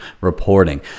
reporting